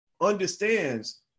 understands